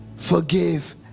forgive